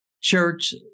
church